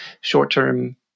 short-term